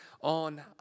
on